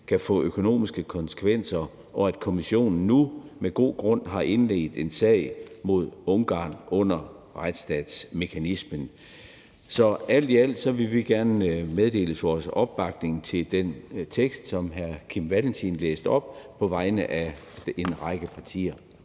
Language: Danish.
kan få økonomiske konsekvenser, og at Kommissionen nu med god grund har indledt en sag mod Ungarn under retsstatsmekanismen. Så alt i alt vil vi gerne meddele vores opbakning til den tekst, som hr. Kim Valentin læste op på vegne af en række partier.